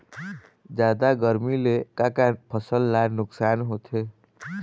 जादा गरमी ले का का फसल ला नुकसान होथे?